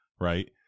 Right